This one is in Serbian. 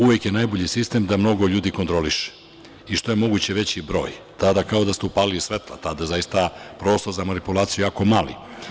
Uvek je najbolji sistem da mnogo ljudi kontroliše i što je moguće veći broj, tada kao da ste upalili svetla, tada zaista prostor za manipulaciju je jako mali.